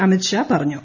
അമിത്ഷാ പറഞ്ഞു